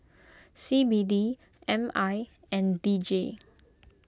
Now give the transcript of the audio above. C B D M I and D J